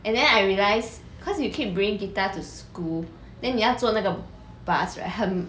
and then I realise cause you keep bringing guitar to school then 你要坐那个 bus right 很